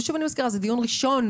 זה דיון ראשון